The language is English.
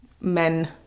men